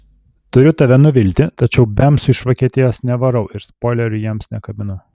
turiu tave nuvilti tačiau bemsų iš vokietijos nevarau ir spoilerių jiems nekabinu